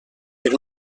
per